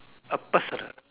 err personal